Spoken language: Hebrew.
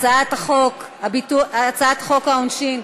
אלא לעשות הפרדה בינינו לבין הפלסטינים.